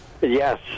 Yes